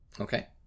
Okay